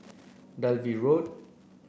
Dalvey Road